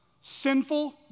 Sinful